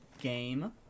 game